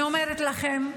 אני אומרת לכם: